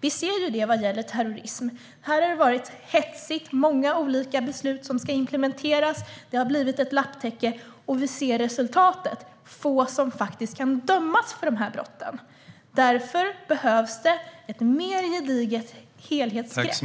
När det gäller terrorism har det varit hetsigt, med många olika beslut som ska implementeras. Det har blivit ett lapptäcke, och vi ser resultatet: Få kan faktiskt dömas för dessa brott. Därför behövs det ett mer gediget helhetsgrepp.